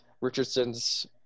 Richardson's